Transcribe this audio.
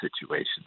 situations